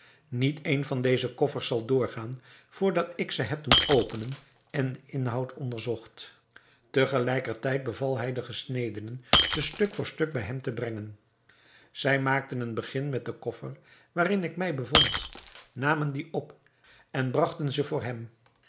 niet een van deze koffers zal doorgaan voor dat ik ze heb doen openen en den inhoud onderzocht te gelijker tijd beval hij den gesnedenen ze stuk voor stuk bij hem te brengen zij maakten een begin met den koffer waarin ik mij bevond namen dien op en bragten ze voor hem